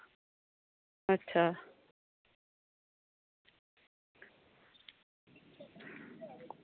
अच्छा